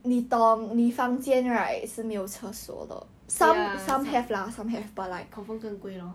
ya confirm 更贵 lor